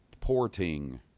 porting